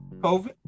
COVID